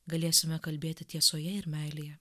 galėsime kalbėti tiesoje ir meilėje